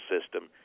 system